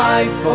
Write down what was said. Life